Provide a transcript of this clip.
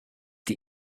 die